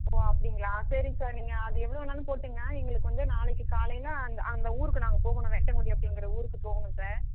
ஓ அப்படிங்ளா சரிங் சார் நீங்கள் அது எவ்வளோ வேணாலும் போட்டுங்க எங்களுக்கு வந்து நாளைக்கு காலையில் அந்த அந்த ஊருக்கு நாங்கள் போகணும் வேட்டங்குடி அப்படிங்கிற ஊருக்கு போகணும் சார்